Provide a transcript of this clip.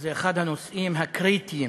זה אחד הנושאים הקריטיים